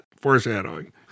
Foreshadowing